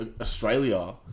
Australia